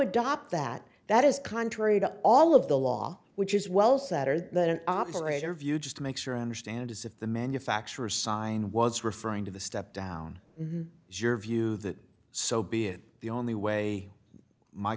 adopt that that is contrary to all of the law which is well set or that an operator view just to make sure i understand is if the manufacturer sign was referring to the step down as your view that so be it the only way my